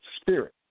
Spirit